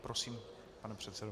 Prosím, pane předsedo.